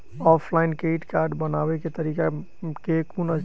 Offline credit card बनाबै केँ तरीका केँ कुन अछि?